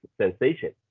sensation